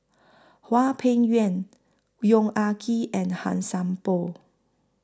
Hwang Peng Yuan Yong Ah Kee and Han Sai Por